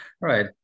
right